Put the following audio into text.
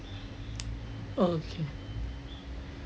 okay